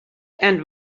and